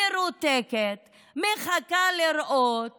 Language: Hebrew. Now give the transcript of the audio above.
מרותקת, מחכה לראות